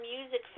music